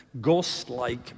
ghost-like